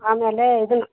ಆಮೇಲೆ ಇದನ್ನ